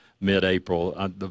mid-April